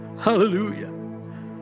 Hallelujah